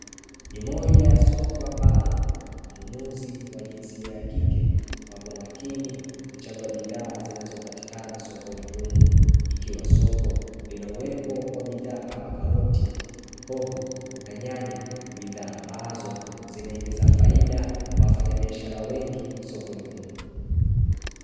Ni moja ya soko ambalo wanunuzi wa jinsia ya kike wapo makini kuvhaguabidhaa zinazopatikana sokoni humo, ikiwa soko lina uwepo wa bidhaa kama karoti hoho na nyanya bidhaa ambazo ziningiza faida kwa wafanyabiashara wengi sokoni humo.